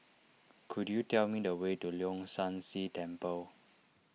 could you tell me the way to Leong San See Temple